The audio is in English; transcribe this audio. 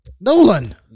Nolan